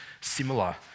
similar